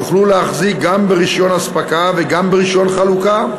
יוכלו להחזיק גם ברישיון אספקה וגם ברישיון חלוקה,